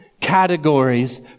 categories